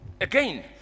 again